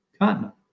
continent